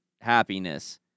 happiness